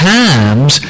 times